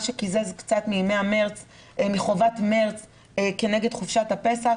מה שקיזז קצת מחובת מרס כנגד חופשת הפסח.